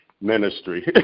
ministry